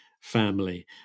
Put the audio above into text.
family